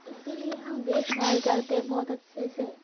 اسی لیے ہم دیکھ بھال کرتے ہیں بہت اچھے سے